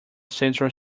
central